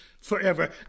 forever